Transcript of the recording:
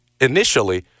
initially